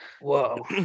Whoa